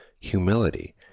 humility